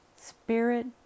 spirit